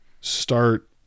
start